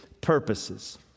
purposes